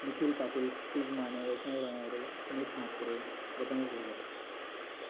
Nikhil Patil Kshitij Mane Vaishnavi Ranade Sumit Mhatre Prathamesh Bhagat